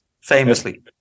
famously